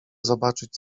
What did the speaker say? zobaczyć